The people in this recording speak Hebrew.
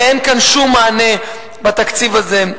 הרי אין כאן שום מענה, בתקציב הזה,